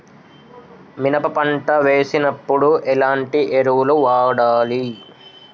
మినప పంట వేసినప్పుడు ఎలాంటి ఎరువులు వాడాలి?